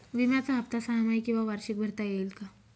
विम्याचा हफ्ता सहामाही किंवा वार्षिक भरता येईल का?